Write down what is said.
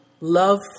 Love